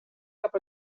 cap